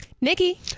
Nikki